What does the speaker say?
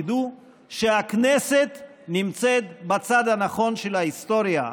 ידעו שהכנסת נמצאת בצד הנכון של ההיסטוריה.